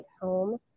home